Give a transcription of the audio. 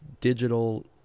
digital